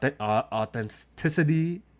authenticity